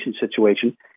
situation